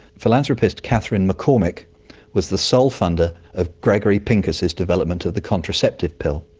philanthropist katherine mccormick was the sole funder of gregory pincus's development of the contraceptive pill.